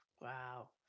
Wow